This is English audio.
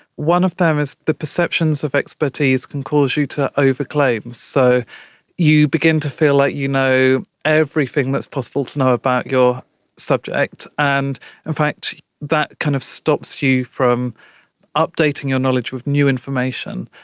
one of them is the perceptions of expertise can cause you to over-claim. so you begin to feel like you know everything that's possible to know about your subject, and in fact that kind of stops you from updating your knowledge with new information.